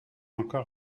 encore